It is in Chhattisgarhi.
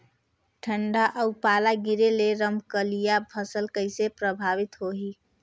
ठंडा अउ पाला गिरे ले रमकलिया फसल कइसे प्रभावित होही?